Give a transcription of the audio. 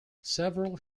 several